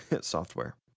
Software